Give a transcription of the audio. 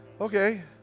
Okay